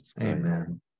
Amen